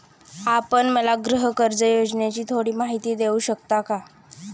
आपण मला गृहकर्ज योजनेची थोडी माहिती देऊ शकाल का?